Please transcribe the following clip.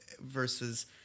versus